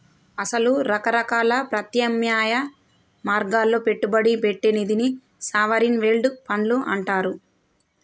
అసలు రకరకాల ప్రత్యామ్నాయ మార్గాల్లో పెట్టుబడి పెట్టే నిధిని సావరిన్ వెల్డ్ ఫండ్లు అంటారు